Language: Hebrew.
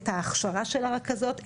את ההכשרה של הרכזות,